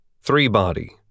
Three-body